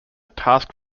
task